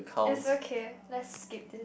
is okay let's skip this